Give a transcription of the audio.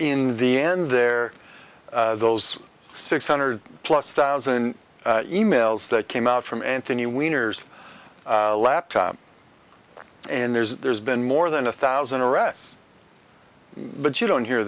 in the end there those six hundred plus thousand e mails that came out from anthony weiner's laptop and there's there's been more than a thousand arrests but you don't hear